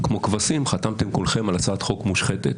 כמו כבשים חתמתם כולכם על הצעת חוק מושחתת